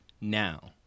now